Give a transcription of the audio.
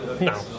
No